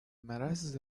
مرض